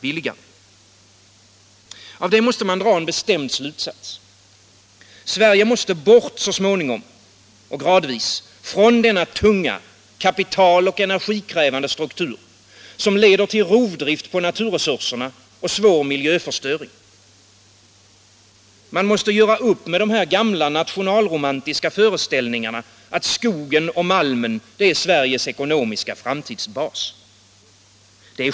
ääör er Av detta måste man ju dra en bestämd slutsats. Sverige måste bort, = Vissa industri och så småningom och gradvis, från denna tunga, kapital och energikrävande = sysselsättningsstistruktur, som leder till rovdrift på naturresurserna och svår miljöför mulerande åtgärstöring. Man måste göra upp med de gamla nationalromantiska före — der, m.m. ställningarna att skogen och malmen är Sveriges ekonomiska framtidsbas.